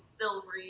silvery